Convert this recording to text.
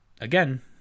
again